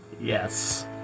Yes